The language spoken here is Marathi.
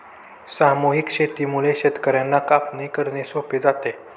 सामूहिक शेतीमुळे शेतकर्यांना कापणी करणे सोपे जाते